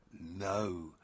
No